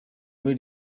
muri